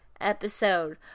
episode